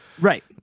Right